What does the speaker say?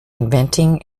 inventing